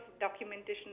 documentation